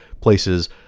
places